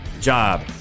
job